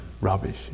rubbish